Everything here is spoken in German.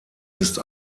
ist